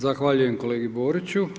Zahvaljujem kolegi Boriću.